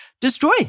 destroy